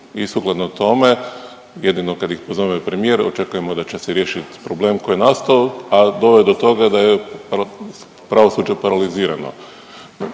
i sukladno tome, jedino kad ih pozove premijer, očekujemo da će se riješiti problem koji je nastao, a doveo je do toga da je pravosuđe paralizirano.